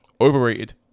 overrated